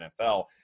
NFL